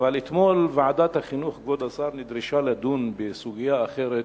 אבל אתמול נדרשה ועדת החינוך לדון בסוגיה אחרת,